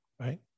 right